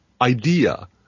idea